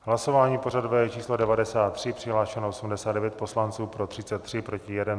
Hlasování pořadové číslo 93, přihlášeno 89 poslanců, pro 33, proti 1.